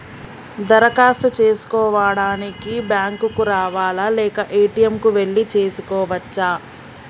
దరఖాస్తు చేసుకోవడానికి బ్యాంక్ కు రావాలా లేక ఏ.టి.ఎమ్ కు వెళ్లి చేసుకోవచ్చా?